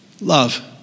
Love